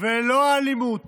לא אלימות